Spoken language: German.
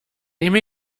nehme